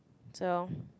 so